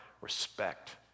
respect